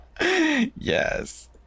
Yes